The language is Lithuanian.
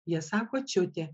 jie sako čiutė